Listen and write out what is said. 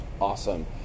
awesome